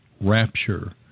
rapture